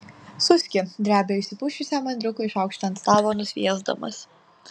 suski drebia išsipusčiusiam andriukui šaukštą ant stalo nusviesdamas